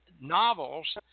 novels